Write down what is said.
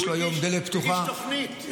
הוא הגיש תוכנית.